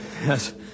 Yes